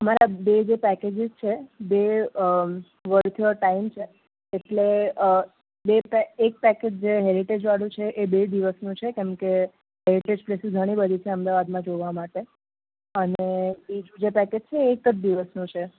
અમારા બે જે પેકેજિસ છે બે વર્થ યોર ટાઈમ છે એટલે બે એક પેકેજ જે હેરીટેજવાળું છે એ બે દિવસનું છે કેમ કે હેરિટેજ પ્લેસીસ ઘણી બધી છે અમદાવાદમાં જોવા માટે અને એ જ બીજા પેકેજ છે એ એક દિવસનું છે